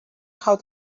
how